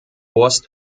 horst